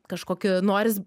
kažkoki noris